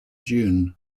june